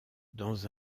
dans